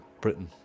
Britain